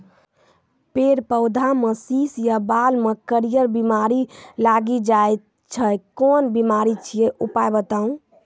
फेर पौधामें शीश या बाल मे करियर बिमारी लागि जाति छै कून बिमारी छियै, उपाय बताऊ?